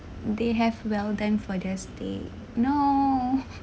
they have well done for their steak no